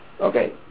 Okay